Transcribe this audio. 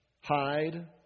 hide